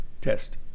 test